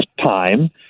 time